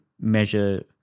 measure